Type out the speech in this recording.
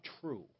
true